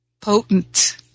potent